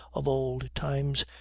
of old times,